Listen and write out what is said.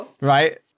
right